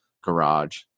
garage